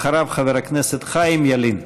אחריו, חבר הכנסת חיים ילין.